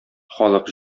халык